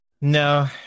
no